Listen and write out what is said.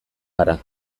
gara